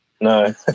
no